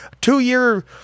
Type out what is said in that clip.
two-year